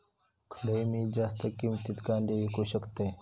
खडे मी जास्त किमतीत कांदे विकू शकतय?